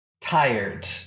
tired